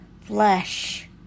flesh